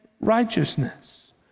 righteousness